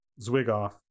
Zwigoff